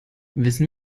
wissen